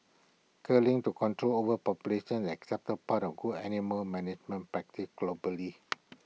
culling to control overpopulation accepted part of good animal management practice globally